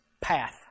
path